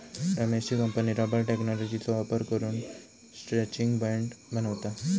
रमेशची company rubber टेक्नॉलॉजीचो वापर करून स्ट्रैचिंग बँड बनवता